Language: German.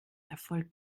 erfolg